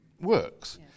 works